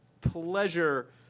pleasure